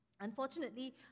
Unfortunately